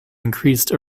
increased